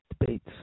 debates